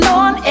on